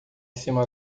cima